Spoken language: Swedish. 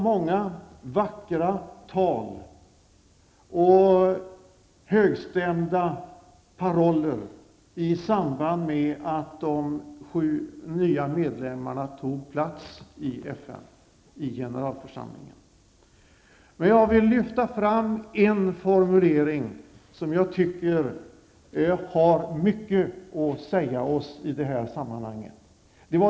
Många vackra tal och högstämda paroller förekom i samband med att representanterna för de sju nya medlemsstaterna tog säte i FNs generalförsamling. Jag vill lyfta fram en formulering som enligt min uppfattning säger mycket i det här sammanhanget.